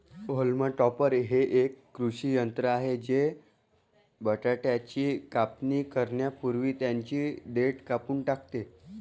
haulm topper हे एक कृषी यंत्र आहे जे बटाट्याची कापणी करण्यापूर्वी त्यांची देठ कापून टाकते